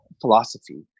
philosophy